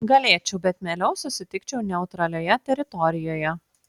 galėčiau bet mieliau susitikčiau neutralioje teritorijoje